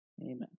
Amen